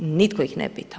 Nitko ih ne pita.